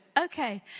Okay